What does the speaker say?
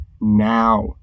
now